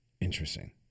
Interesting